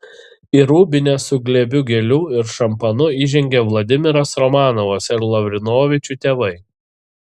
į rūbinę su glėbiu gėlių ir šampanu įžengė vladimiras romanovas ir lavrinovičių tėvai